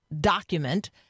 document